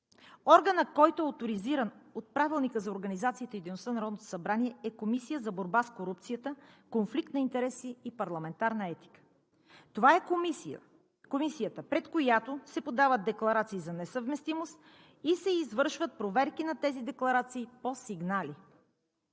организацията и дейността на Народното събрание, е Комисията за борба с корупцията, конфликт на интереси и парламентарна етика. Това е Комисията, пред която се подават декларации за несъвместимост и се извършват проверки на тези декларации по сигнали.